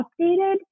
updated